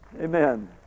Amen